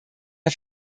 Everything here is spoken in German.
der